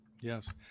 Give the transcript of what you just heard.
Yes